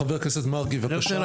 חה"כ מרגי, בבקשה.